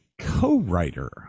co-writer